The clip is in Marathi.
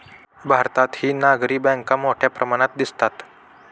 भारतातही नागरी बँका मोठ्या प्रमाणात दिसतात